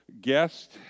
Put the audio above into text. guest